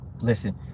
Listen